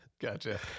gotcha